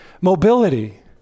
mobility